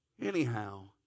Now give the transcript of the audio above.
Anyhow